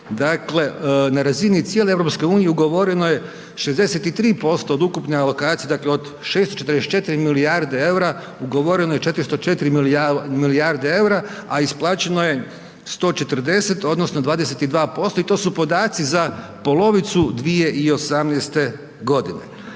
je na razini cijele EU ugovoreno 63% od ukupne alokacije, dakle od 644 milijarde eura, ugovoreno je 404 milijarde eura a isplaćeno je 140 odnosno 22% i to su podaci za polovicu 2018. g.